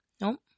Nope